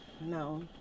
No